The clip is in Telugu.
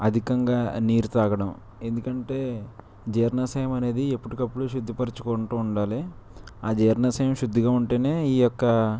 అధికంగా నీరు తాగడం ఎందుకంటే జీర్ణాశయం అనేది ఎప్పటికప్పుడు శుద్ధిపరుచుకుంటూ ఉండాలి ఆ జీర్ణశయం శుద్ధిగా ఉంటేనే ఈ యొక్క